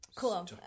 Cool